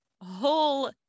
whole